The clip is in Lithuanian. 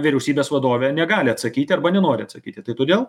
vyriausybės vadovė negali atsakyti arba nenori atsakyti tai todėl